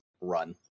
run